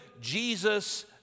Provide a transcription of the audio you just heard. Jesus